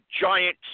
giant